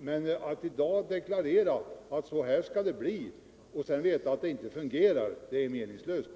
men att i dag deklarera att dessa skall följa något visst mönster, trots att man vet att det inte kommer att fungera, är meningslöst.